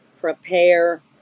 prepare